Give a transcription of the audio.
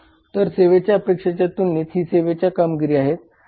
तर सेवेच्या अपेक्षेच्या तुलनेत ही सेवेची कामगिरी आहे